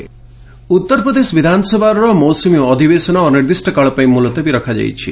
UP ଆସେମ୍ Uttar Pradesh ବିଧାନସଭାର ମୌସୁମୀ ଅଧିବେଶନ ଅନିର୍ଦ୍ଦିଷ୍ଟକାଳ ପାଇଁ ମୁଲତବୀ ରଖାଯାଇଛି